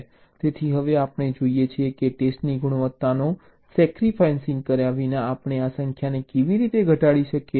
તેથી હવે આપણે જોઈએ છીએ કે ટેસ્ટની ગુણવત્તાને સેક્રિફાસિન્ગ કર્યા વિના આપણે આ સંખ્યાને કેવી રીતે ઘટાડી શકીએ